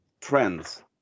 trends